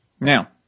Now